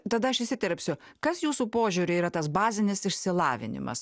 tada aš įsiterpsiu kas jūsų požiūriu yra tas bazinis išsilavinimas